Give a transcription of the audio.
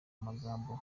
amagambo